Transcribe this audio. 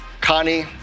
Connie